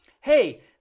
Hey